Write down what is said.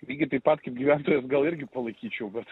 lygiai taip pat kaip gyventojas gal irgi palaikyčiau bet